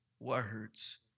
Words